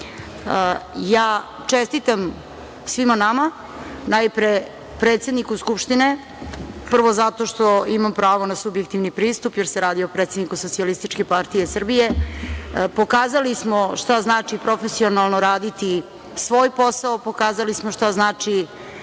Čestitam svima nama, najpre predsedniku Skupštine. Prvo zato što imam pravo na subjektivni pristup, jer se radi o predsedniku SPS. Pokazali smo šta znači profesionalno raditi svoj posao. Pokazali smo šta znači